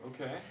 Okay